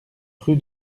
rue